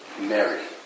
Mary